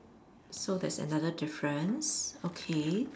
so that's another difference okay